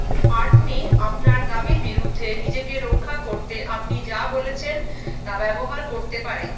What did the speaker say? attorney আপনার দাবির বিরুদ্ধে নিজেকে রক্ষা করতে আপনি যা বলেছেন তা ব্যবহার করতে পারে